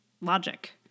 logic